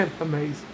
amazing